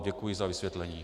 Děkuji za vysvětlení.